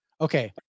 okay